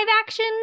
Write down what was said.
action